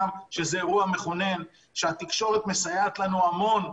המכונן בבת ים כשהתקשורת מסייעת לנו המון,